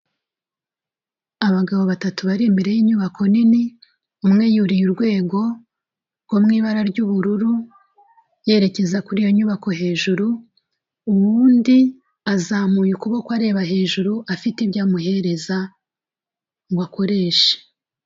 Abagabo batatu bari imbere y'inyubako nini, umwe yuriye urwego rwo mu ibara ry'ubururu, yerekeza kuri iyo nyubako hejuru, uwundi azamuye ukuboko areba hejuru afite ibyo amuhereza ngo akoreshe.